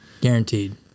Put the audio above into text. guaranteed